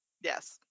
yes